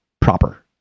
proper